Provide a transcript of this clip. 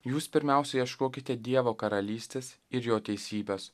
jūs pirmiausia ieškokite dievo karalystės ir jo teisybės